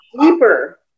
deeper